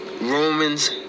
Romans